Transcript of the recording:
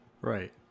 Right